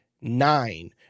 Nine